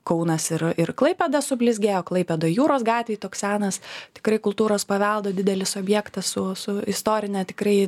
kaunas yra ir klaipėda sublizgėjo klaipėdoj jūros gatvėj toks senas tikrai kultūros paveldo didelis objektas su su istorine tikrai